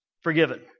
forgiven